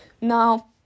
Now